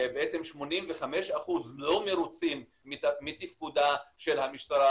בעצם 85% לא מרוצים מתפקודה של המשטרה